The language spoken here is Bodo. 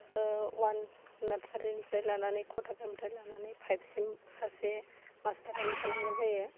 ओह वान नाटसारिनिफ्राय लानानै ख' थाखोनिफ्राय लानानै फाइभसिम सासे मास्टारानो थानांगोन जायो